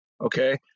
Okay